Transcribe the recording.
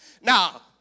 Now